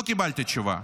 לא קיבלתי תשובה.